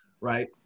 right